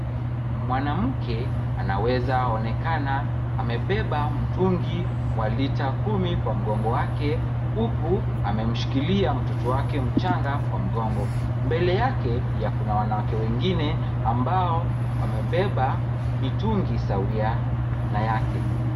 Mwanamke anawezaonekana amebeba mtungi wa lita kumi kwa mgongo wake huku amemshikilia mtoto wake mchanga kwa mgongo. Mbele yake pia kuna wanawake wengine ambao wamebeba mitungi sawia na yake.